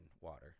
water